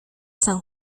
san